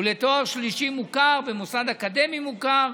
ולתואר שלישי מוכר במוסד אקדמי מוכר,